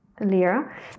lira